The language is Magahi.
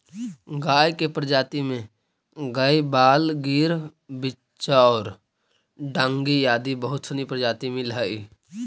गाय के प्रजाति में गयवाल, गिर, बिच्चौर, डांगी आदि बहुत सनी प्रजाति मिलऽ हइ